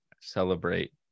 celebrate